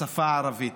לשפה הערבית.